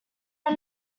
are